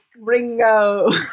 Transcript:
Ringo